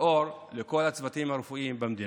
ואור לכל הצוותים הרפואיים במדינה.